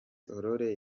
aurore